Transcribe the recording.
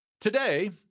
Today